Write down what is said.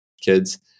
kids